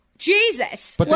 Jesus